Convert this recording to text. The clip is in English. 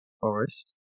Forest